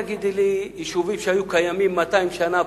תגידי לי מה היישובים שהיו קיימים 200 שנה,